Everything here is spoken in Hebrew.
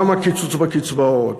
גם הקיצוץ בקצבאות